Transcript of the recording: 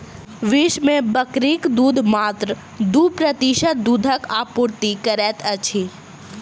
विश्व मे बकरीक दूध मात्र दू प्रतिशत दूधक आपूर्ति करैत अछि